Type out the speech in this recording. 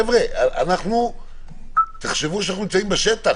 חבר'ה, תחשבו שאנחנו נמצאים בשטח.